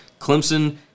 Clemson